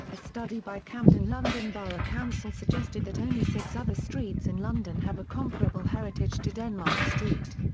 a study by camden london borough council suggested that only six other streets in london have a comparable heritage to denmark street.